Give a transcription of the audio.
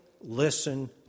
listen